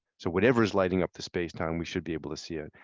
so whatever's lighting up the space time, we should be able to see it.